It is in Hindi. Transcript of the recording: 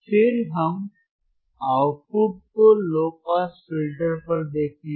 फिर हम आउटपुट को लो पास फिल्टर पर देखेंगे